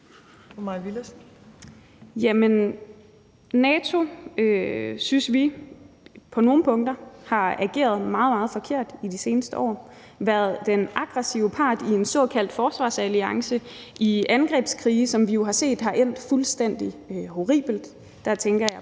15:16 Mai Villadsen (EL): NATO synes vi på nogle punkter har ageret meget, meget forkert i de seneste år, man har været den aggressive part i en såkaldt forsvarsalliance, i angrebskrige, som vi jo set er endt fuldstændig horribelt. Der tænker jeg